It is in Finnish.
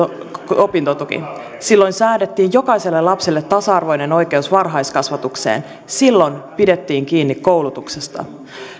opintotuki silloin säädettiin jokaiselle lapselle tasa arvoinen oikeus varhaiskasvatukseen silloin pidettiin kiinni koulutuksesta